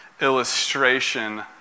illustration